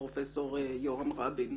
פרופ' יורם רבין,